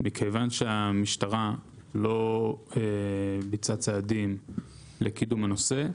המשטרה לא ביצעה צעדים לקידום הנושא,